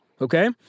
okay